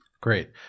great